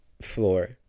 floor